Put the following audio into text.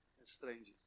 strangers